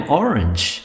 orange